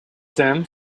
them